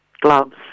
gloves